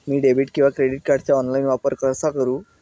मी debit किंवा credit कार्डचा online वापर कसा करु?